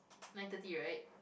nine thirty right